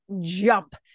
jump